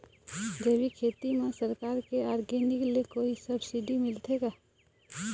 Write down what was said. जैविक खेती म सरकार के ऑर्गेनिक ले कोई सब्सिडी मिलथे का?